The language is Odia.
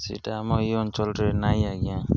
ସେଇଟା ଆମ ଏଇ ଅଞ୍ଚଳରେ ନାଇଁ ଆଜ୍ଞା